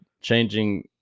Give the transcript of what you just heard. changing